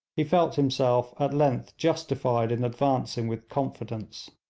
he felt himself at length justified in advancing with confidence.